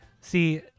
See